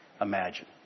imagine